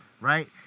Right